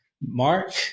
Mark